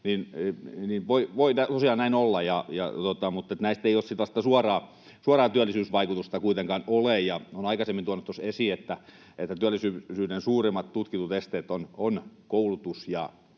voi tosiaan näin olla, mutta näistä ei sellaista suoraa työllisyysvaikutusta kuitenkaan ole. Olen aikaisemmin tuonut esiin, että työllisyyden suurimmat tutkitut esteet ovat koulutus ja